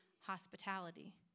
hospitality